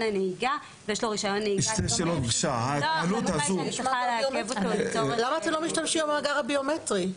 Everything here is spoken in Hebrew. הנהיגה --- למה אתם לא משתמשים במאגר הביומטרי?